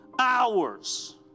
hours